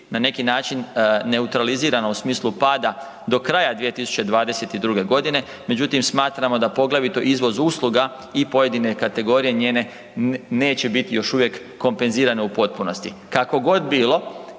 na neki način neutralizirana u smislu pada do kraja 2022. godine međutim smatramo da poglavito izvoz usluga i pojedine kategorije njene neće biti još uvijek kompenzirane u potpunosti. Kako god bilo,